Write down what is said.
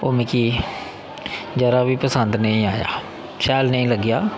ओह् मिकी जरा बी पसंद नेईं आया शैल नेईं लग्गेआ